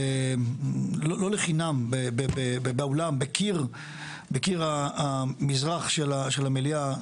לא לחינם באולם בקיר המזרח של המליאה,